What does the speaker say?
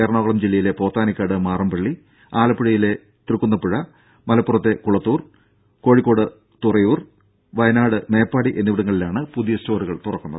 എറണാകുളം ജില്ലയിലെ പോത്താനിക്കാട് മാറമ്പള്ളി ആലപ്പുഴ തൃക്കുന്നപ്പുഴ മലപ്പുറം കുളത്തൂർ കോഴിക്കോട് തുറയൂർ വയനാട് മേപ്പാടി എന്നിവിടങ്ങളിലാണ് പുതിയ സ്റ്റോറുകൾ തുറക്കുന്നത്